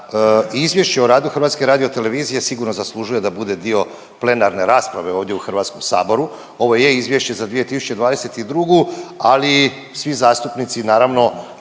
izvješće o radu HRT-a sigurno zaslužuje da bude dio plenarne rasprave ovdje u HS-u, ovo je izvješće za 2022., ali svi zastupnici naravno